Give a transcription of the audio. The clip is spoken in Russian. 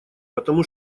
потому